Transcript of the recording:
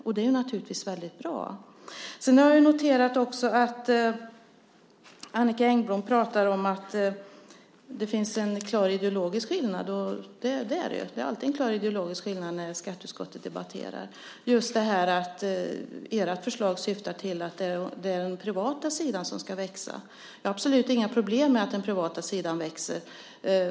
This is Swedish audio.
Det är naturligtvis bra. Jag har noterat att Annicka Engblom pratar om att det finns en klar ideologisk skillnad. Det är alltid en klar ideologisk skillnad när skatteutskottet debatterar. Ert förslag syftar till att den privata sidan ska växa. Jag har absolut inga problem med att den privata sidan växer.